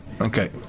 okay